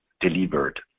delivered